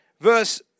Verse